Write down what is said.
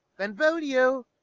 benvolio.